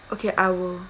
okay I will